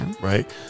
Right